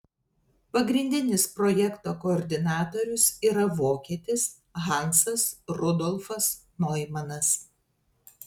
pagrindinis projekto koordinatorius yra vokietis hansas rudolfas noimanas